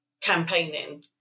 campaigning